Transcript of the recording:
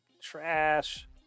Trash